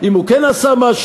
אם הוא כן עשה משהו,